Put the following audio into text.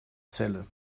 celle